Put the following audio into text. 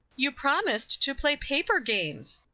you promised to play paper games.